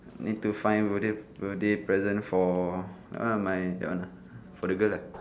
need to find birthday birthday present for ah my fiancee for the girl ah